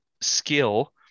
skill